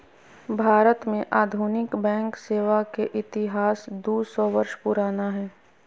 भारत में आधुनिक बैंक सेवा के इतिहास दू सौ वर्ष पुराना हइ